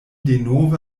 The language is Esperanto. denove